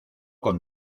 con